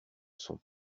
sont